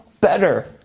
better